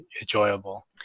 enjoyable